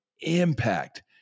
Impact